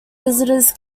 visitors